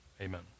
Amen